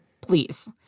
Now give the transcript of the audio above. please